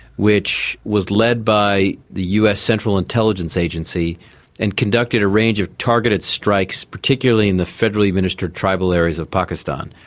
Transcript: which was led by the us central intelligence agency and conducted a range of targeted strikes, particularly in the federally administered tribal areas of pakistan.